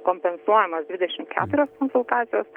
kompensuojamos dvidešimt keturios konsultacijos